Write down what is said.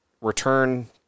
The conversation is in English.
return